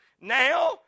Now